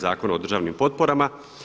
Zakona o državnim potporama.